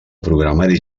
programari